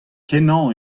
kenañ